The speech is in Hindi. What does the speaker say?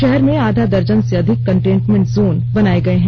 शहर में आधा दर्जन से अधिक कंटेनमेंट जोन बनाये गये हैं